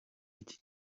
iki